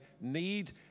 need